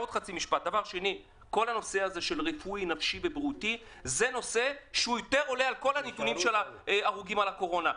נושא בריאות הנפש עולה מעל כל הנתונים של נפטרים מקורונה,